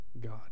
God